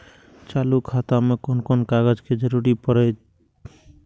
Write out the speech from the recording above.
चालु खाता खोलय में कोन कोन कागज के जरूरी परैय?